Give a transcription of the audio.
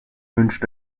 wünscht